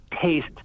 taste